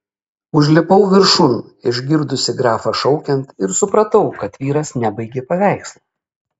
užlipau viršun išgirdusi grafą šaukiant ir supratau kad vyras nebaigė paveikslo